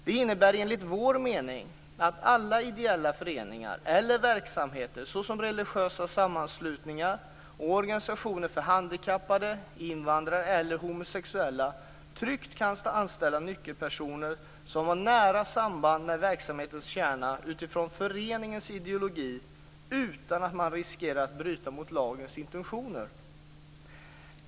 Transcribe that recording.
Det innebär enligt vår mening att alla ideella föreningar eller verksamheter, såsom religiösa sammanslutningar och organisationer för handikappade, invandrare eller homosexuella, tryggt kan anställa nyckelpersoner som har nära samband med verksamhetens kärna utifrån föreningens ideologi utan att riskera att bryta mot lagens intentioner.